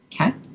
okay